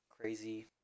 crazy